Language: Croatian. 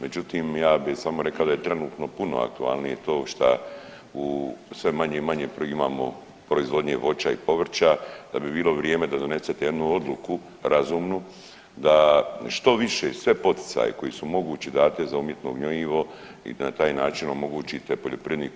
Međutim, ja bi samo rekao da je trenutno puno aktualnije to šta u sve manje i manje imamo proizvodnje voća i povrća da bi bilo vrijeme da donesete jednu odluku razumnu da što više, sve poticaje koji su mogući date za umjetno gnojivo i da na taj način omogućite poljoprivredniku